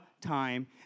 time